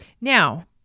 Now